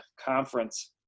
conference